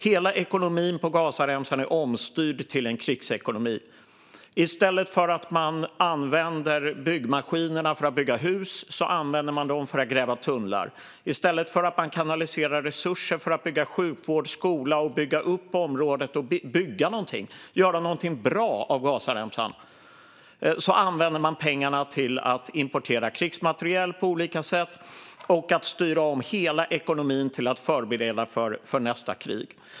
Hela ekonomin på Gazaremsan är omstyrd till en krigsekonomi. I stället för att man använder byggmaskinerna till att bygga hus använder man dem för att gräva tunnlar. I stället för att man kanaliserar resurser till att bygga sjukvård och skola, bygga upp området och göra något bra av Gazaremsan använder man pengarna till att importera krigsmateriel och styr om hela ekonomin till att förbereda för nästa krig.